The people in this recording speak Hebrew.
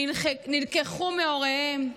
נלקחו מהוריהם,